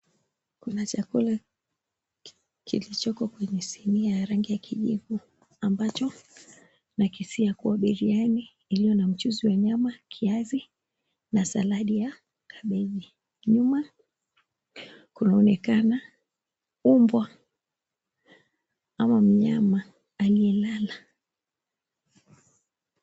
Kuna chakula kilicho kwenye sinia ya rangi ya kijivu. Ambacho nakisia kuwa biriani iliyo na mchuzi wa nyama, kiazi na saladi ya kabeji. Nyuma kunaonekana mbwa, ama mnyama aliyelala.